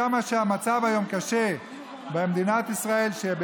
כמה שהמצב במדינת ישראל קשה היום,